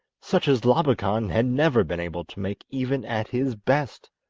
such as labakan had never been able to make even at his best.